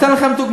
אתן לך דוגמה.